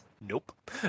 Nope